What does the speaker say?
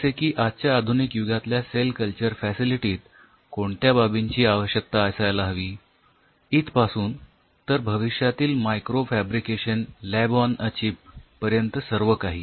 जसे की आजच्या आधुनिक युगातल्या सेल कल्चर फॅसिलिटीत कोणत्या बाबींची आवश्यकता असायला हवी इथपासून तर भविष्यातील microfabrication lab on a chip पर्यंत सर्वकाही